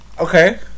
Okay